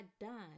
done